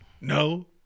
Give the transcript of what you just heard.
No